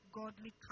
godly